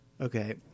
Okay